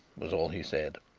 was all he said.